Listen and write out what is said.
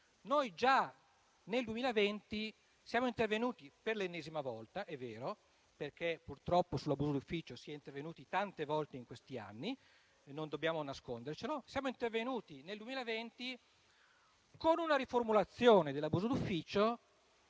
noi già nel 2020 eravamo intervenuti per l'ennesima volta - è vero, perché purtroppo sull'abuso d'ufficio si è intervenuti tante volte in questi anni, non dobbiamo nascondercelo - con una riformulazione dell'abuso d'ufficio,